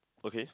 okay